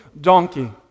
donkey